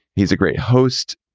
he's a great host.